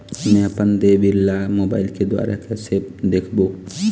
मैं अपन देय बिल ला मोबाइल के द्वारा कइसे देखबों?